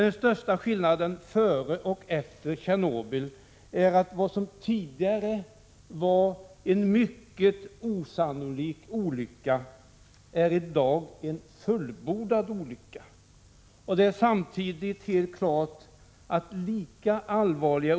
Den största skillnaden före och efter Tjernobyl är att vad som tidigare var en mycket osannolik olycka i dag är en fullbordad olycka. Det är samtidigt helt klart att lika allvarliga.